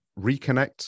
reconnect